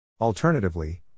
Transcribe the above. Alternatively